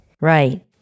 Right